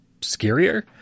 scarier